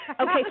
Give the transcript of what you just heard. Okay